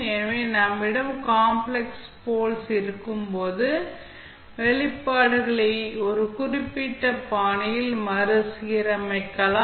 எனவே நம்மிடம் complex poles இருக்கும்போது வெளிப்பாடுகளை ஒரு குறிப்பிட்ட பாணியில் மறுசீரமைக்கலாம்